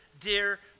dear